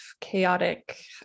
chaotic